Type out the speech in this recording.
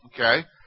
Okay